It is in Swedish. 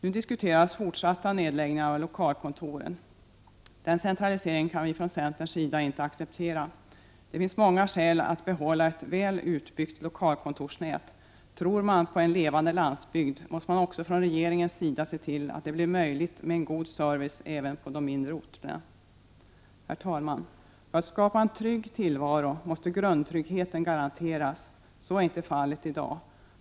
Nu diskuteras fortsatta nedläggningar av lokalkontor. Den centraliseringen kan vi från centerns sida inte acceptera. Det finns många skäl att behålla ett väl utbyggt lokalkontorsnät. Tror man på en levande landsbygd måste man också från regeringens sida se till att det blir möjligt med en god service även på de mindre orterna. Herr talman! För att skapa en trygg tillvaro måste grundtryggheten garanteras. Så är inte fallet i dag.